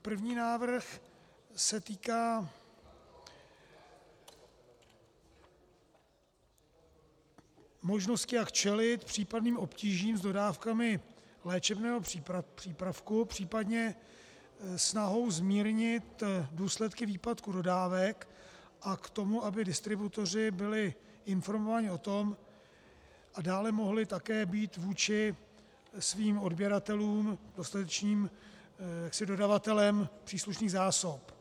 První návrh se týká možnosti, jak čelit případným obtížím s dodávkami léčebného přípravku, případně snahou zmírnit důsledky výpadku dodávek, a k tomu, aby distributoři byli informováni o tom a dále také mohli být vůči svým odběratelům dostatečným dodavatelem příslušných zásob.